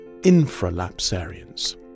infralapsarians